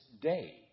day